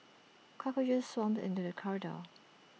cockroaches swarmed into the corridor